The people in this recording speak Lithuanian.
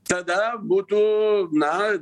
tada būtų na